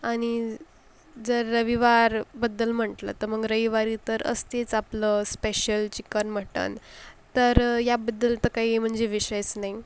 आणि जर रविवारबद्दल म्हटलं तर मग रविवारी तर असतेच आपलं स्पेश्शल चिक्कन मट्टन तर याबद्दल तर काही म्हणजे विषयस नाही